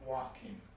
Walking